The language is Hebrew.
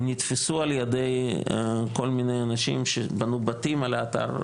נתפסו על ידי כל מיני אנשים שבנו בתים על האתר,